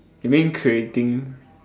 you mean creating